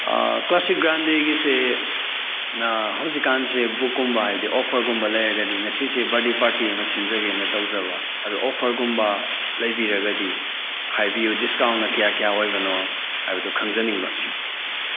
classic ꯒ꯭ꯔꯥꯟꯗꯦꯒꯤꯁꯦ ꯍꯧꯖꯤꯛ ꯀꯥꯟꯁꯦ ꯕꯨꯛ ꯀꯨꯝꯕ ꯍꯥꯏꯕꯗꯤ ꯑꯣꯐꯔꯒꯨꯝꯕ ꯂꯩꯔꯒꯗꯤ ꯉꯁꯤꯁꯦ ꯕꯥꯔꯗꯦ ꯄꯥꯔꯇꯤ ꯑꯃ ꯁꯤꯟꯖꯒꯦꯅ ꯇꯧꯖꯕ ꯑꯗꯨ ꯑꯣꯐꯔꯒꯨꯝꯕ ꯂꯩꯕꯤꯔꯒꯗꯤ ꯍꯥꯏꯕꯤꯌꯨ ꯗꯤꯁꯀꯥꯎꯟꯅ ꯀꯌꯥ ꯀꯌꯥ ꯑꯣꯏꯕꯅꯣ ꯍꯥꯏꯕꯗꯣ ꯈꯪꯖꯅꯤꯡꯕ